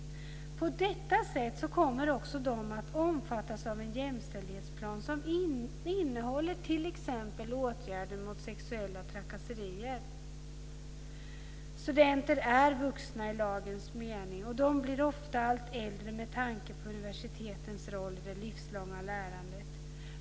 På detta sätt kommer också de att omfattas av en jämställdhetsplan som innehåller t.ex. åtgärder mot sexuella trakasserier. Studenter är vuxna i lagens mening. De blir ofta allt äldre med tanke på universitetens roll i det livslånga lärandet.